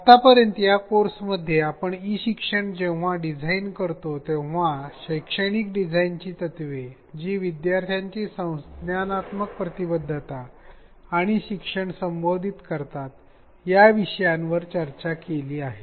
आतापर्यंत या कोर्समध्ये आपण ई शिक्षण जेव्हा डिझाईन करतो तेव्हा शैक्षणिक डिझाइनची तत्त्वे जी विद्यार्थ्यांची संज्ञानात्मक प्रतिबद्धता आणि शिक्षण संबोधित करतात या विषयावर चर्चा केली आहे